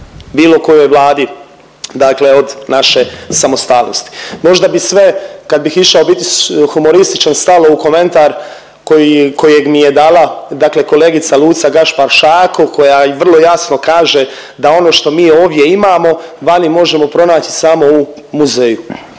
bilo kojoj Vladi, dakle od naše samostalnosti. Možda bi sve, kad bih išao biti humorističan, stalo u komentar koji, kojeg mi je dala dakle kolegica Luca Gašpar Šako koja vrlo jasno kaže da ono što mi ovdje imamo vani možemo pronaći samo u muzeju,